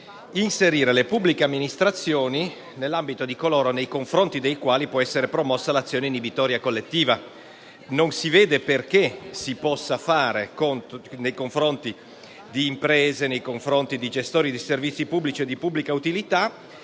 inserire le pubbliche amministrazioni nell'ambito dei soggetti nei confronti dei quali può essere promossa l'azione inibitoria collettiva. Non si vede perché si possa agire nei confronti di imprese, di gestori di servizi pubblici o di pubblica utilità